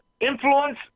influence